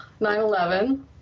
9-11